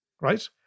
right